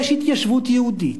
יש התיישבות יהודית,